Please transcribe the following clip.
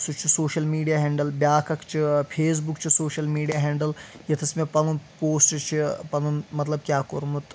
سُہ چھُ social media handle بیاکھ اکھ چھُ فیس بُک چھُ سوشَل میٖڈیا ہیٚنٛڈل ییٚتٮ۪س مےٚ پَنُن پوسٹ چھُ پَنُن مطلب کیٚاہ کورمُت